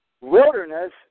Wilderness